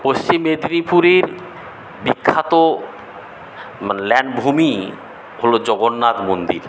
পশ্চিম মেদিনীপুরের বিখ্যাত ল্যান্ড ভূমি হল জগন্নাথ মন্দির